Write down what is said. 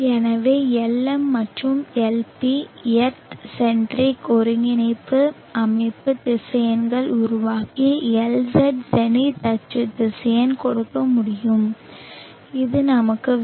எனவே Lm மற்றும் Lp earth centric ஒருங்கிணைப்பு அமைப்பு திசையன்கள் உருவாக்கி Lz ஜெனித் அச்சு திசையன் கொடுக்க முடியும் இது நமக்கு வேண்டும்